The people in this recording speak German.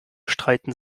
streiten